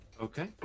Okay